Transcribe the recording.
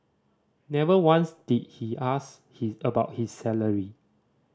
never once did he ask his about his salary